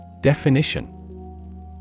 Definition